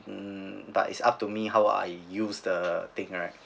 mm but it's up to me how I use the thing right